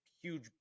huge